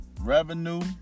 revenue